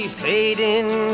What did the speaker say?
fading